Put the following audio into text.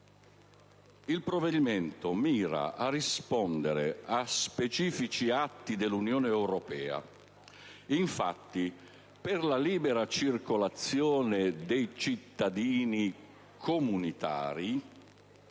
Il provvedimento mira a rispondere a specifici atti dell'Unione europea; infatti, per la libera circolazione dei cittadini comunitari,